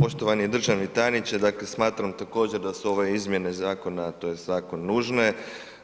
Poštovani državni tajniče, dakle smatram također da su ove izmjene zakona tj. zakon, nužne